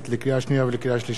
לקריאה שנייה ולקריאה שלישית,